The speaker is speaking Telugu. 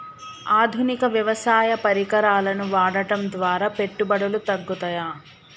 ఆధునిక వ్యవసాయ పరికరాలను వాడటం ద్వారా పెట్టుబడులు తగ్గుతయ?